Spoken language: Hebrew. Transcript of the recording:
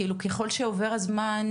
ככל שעובר הזמן,